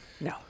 No